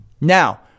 Now